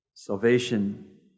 Salvation